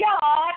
God